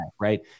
right